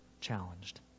challenged